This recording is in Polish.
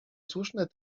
słuszne